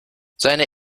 seine